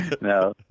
no